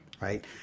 right